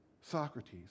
Socrates